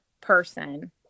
person